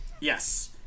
Yes